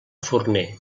forner